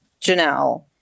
Janelle